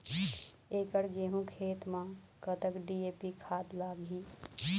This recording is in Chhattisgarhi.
एकड़ गेहूं खेत म कतक डी.ए.पी खाद लाग ही?